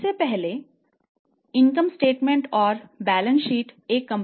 इससे पहले आय विवरणहैं